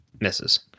Misses